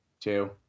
two